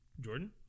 Jordan